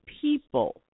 people